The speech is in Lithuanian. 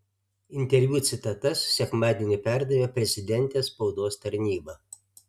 interviu citatas sekmadienį perdavė prezidentės spaudos tarnyba